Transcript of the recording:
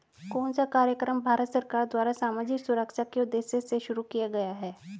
कौन सा कार्यक्रम भारत सरकार द्वारा सामाजिक सुरक्षा के उद्देश्य से शुरू किया गया है?